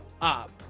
up